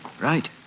right